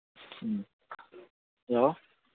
ꯎꯝ hello